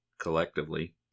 collectively